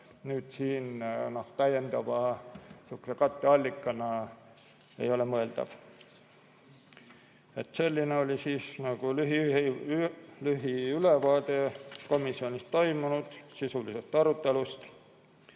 siin täiendava katteallikana ei ole mõeldav. Selline oli lühiülevaade komisjonis toimunud sisulisest arutelust.